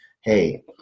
hey